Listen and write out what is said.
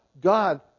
God